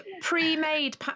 pre-made